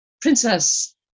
Princess